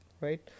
right